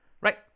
Right